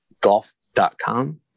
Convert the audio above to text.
golf.com